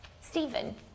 Stephen